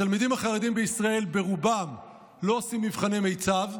התלמידים החרדים בישראל ברובם לא עושים מבחני מיצ"ב,